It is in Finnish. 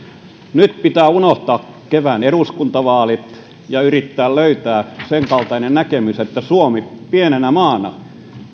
nyt pitää unohtaa kevään eduskuntavaalit ja yrittää löytää sen kaltainen näkemys että suomi pienenä maana